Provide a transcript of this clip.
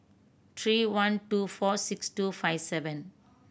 three one two four six two five seven